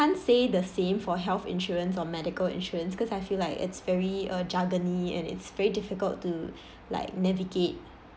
can't say the same for health insurance or medical insurance because I feel like it's very uh jargon-ly and it's very difficult to like navigate